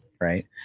right